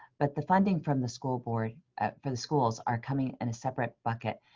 but the funding from the school board for the schools are coming in a separate bucket,